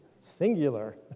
Singular